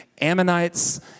Ammonites